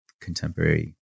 contemporary